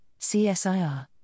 CSIR